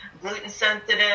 gluten-sensitive